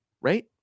right